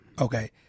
Okay